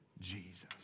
Jesus